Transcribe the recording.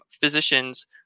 physicians